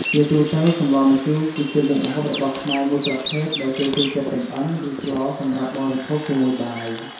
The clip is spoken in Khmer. ជាទូទៅសម្លម្ជូរគឺជាមុខម្ហូបរបស់ខ្មែរមួយប្រភេទដែលគេចូលចិត្តចម្អិនឬស្លសម្រាប់បរិភោគជាមួយបាយ។